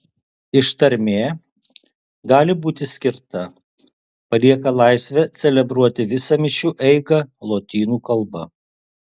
ištarmė gali būti skirta palieka laisvę celebruoti visą mišių eigą lotynų kalba